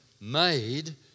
Made